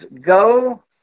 go